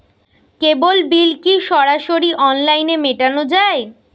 কেবল bill কি সরাসরি অনলাইনে মেটানো য়ায়?